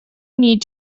need